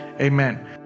amen